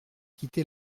quitté